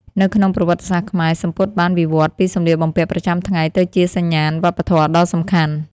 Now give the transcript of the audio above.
នៅក្នុងប្រវត្តិសាស្ត្រខ្មែរ សំពត់បានវិវត្តន៍ពីសម្លៀកបំពាក់ប្រចាំថ្ងៃទៅជាសញ្ញាណវប្បធម៌ដ៏សំខាន់។